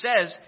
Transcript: says